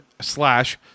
slash